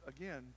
again